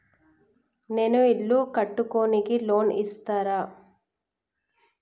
నేను ఇల్లు కట్టుకోనికి లోన్ ఇస్తరా?